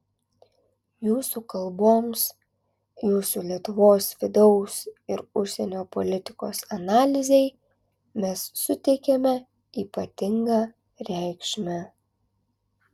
jūsų kalboms jūsų lietuvos vidaus ir užsienio politikos analizei mes suteikiame ypatingą reikšmę